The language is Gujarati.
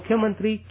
મુખ્યમંત્રી કે